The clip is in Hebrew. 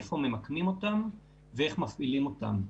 איפה ממקמים אותן ואיך מפעילים אותן.